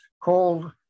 called